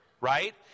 Right